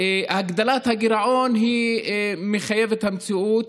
הגדלת הגירעון היא מחויבת המציאות,